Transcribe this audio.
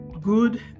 good